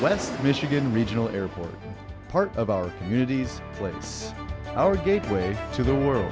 it's michigan regional airport part of our communities plates our gateway to the world